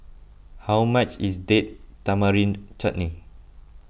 how much is Date Tamarind Chutney